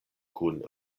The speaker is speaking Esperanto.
kun